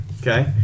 Okay